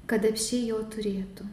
kad apsčiai jo turėtų